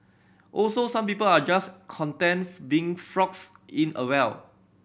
also some people are just content being frogs in a well